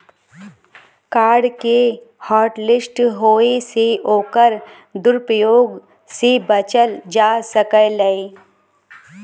card के hotlist होये से ओकर दुरूप्रयोग से बचल जा सकलै